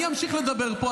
אז אני אמשיך לדבר פה,